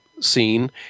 scene